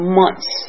months